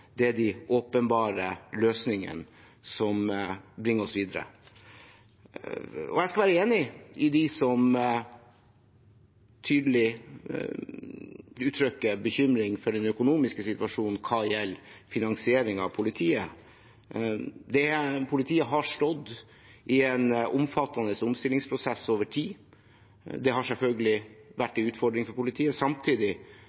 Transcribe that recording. er de åpenbare løsningene som bringer oss videre. Og jeg skal være enig med dem som tydelig uttrykker bekymring for den økonomiske situasjonen når det gjelder finansiering av politiet. Politiet har stått i en omfattende omstillingsprosess over tid. Det har selvfølgelig